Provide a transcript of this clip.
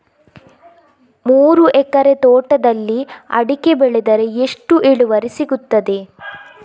ಮೂರು ಎಕರೆ ತೋಟದಲ್ಲಿ ಅಡಿಕೆ ಬೆಳೆದರೆ ಎಷ್ಟು ಇಳುವರಿ ಸಿಗುತ್ತದೆ?